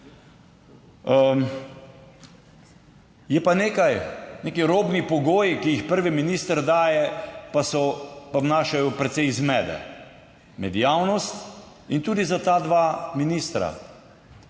Je pa nekaj, neki robni pogoji, ki jih prvi minister daje pa so, pa vnašajo precej zmede med javnost in tudi za ta dva ministra.